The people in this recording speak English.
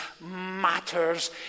matters